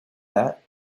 that